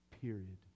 Period